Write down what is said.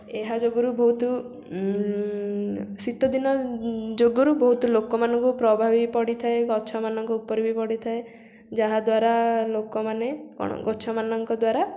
ଏହା ଯୋଗୁରୁ ବହୁତ ଶୀତ ଦିନ ଯୋଗୁରୁ ବହୁତ ଲୋକମାନଙ୍କୁ ପ୍ରଭାବ ବି ପଡ଼ିଥାଏ ଗଛମାନଙ୍କ ଉପରେ ବି ପଡ଼ିଥାଏ ଯାହାଦ୍ୱାରା ଲୋକମାନେ କ'ଣ ଗଛମାନଙ୍କ ଦ୍ୱାରା